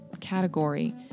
Category